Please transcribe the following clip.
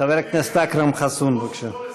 חבר הכנסת אכרם חסון, בבקשה.